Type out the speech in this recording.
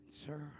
Sir